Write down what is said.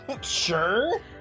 Sure